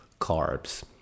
carbs